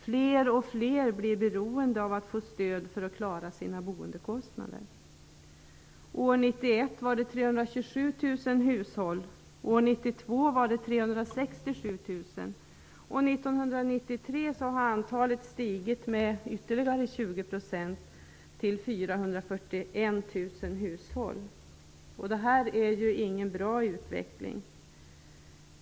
Fler och fler blir beroende av att få stöd för att klara sina boendekostnader. 441 000. Det här är inte någon bra utveckling.